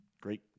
great